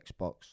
Xbox